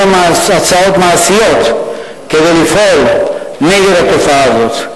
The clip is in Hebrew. הצעות מעשיות כדי לפעול נגד התופעה הזאת.